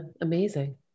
Amazing